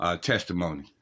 testimony